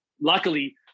Luckily